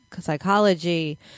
psychology